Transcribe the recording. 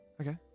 okay